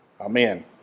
Amen